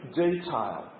detail